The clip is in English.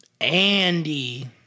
Andy